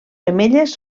femelles